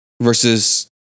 versus